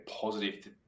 positive